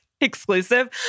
exclusive